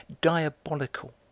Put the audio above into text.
diabolical